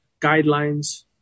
guidelines